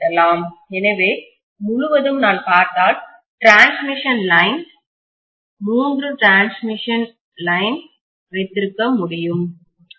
எனவே முழுவதும் நான் பார்த்தால் டிரான்ஸ்மிஷன் லைன்கோடுகள் மூன்று டிரான்ஸ்மிஷன்பரிமாற்றக் லைன் கோடுகளை வைத்திருக்க முடியும் அதுதான்